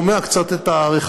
אבל אני שומע קצת את הרחשים.